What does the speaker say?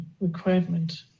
requirement